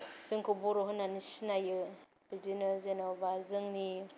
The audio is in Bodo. जोंखौ बर' होननानै सिनायो बिदिनो जेनबा जोंनि